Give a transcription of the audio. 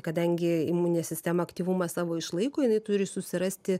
kadangi imuninė sistema aktyvumą savo išlaiko jinai turi susirasti